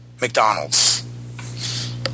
McDonald's